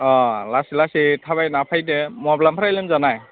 अ लासै लासै थाबायना फैदो माब्लानिफ्राय लोमजानाय